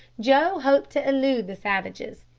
joe hoped to elude the savages,